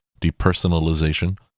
depersonalization